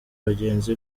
bagenzi